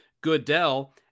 Goodell